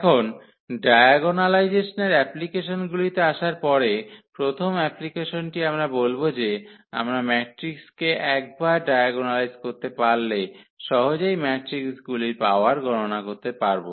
এখন ডায়াগোনালাইজেসনের অ্যাপ্লিকেশনগুলিতে আসার পরে প্রথম অ্যাপ্লিকেশনটি আমরা বলব যে আমরা ম্যাট্রিক্সকে একবার ডায়াগোনালাইজ করতে পারলে সহজেই ম্যাট্রিকগুলির পাওয়ার গণনা করতে পারব